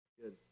Good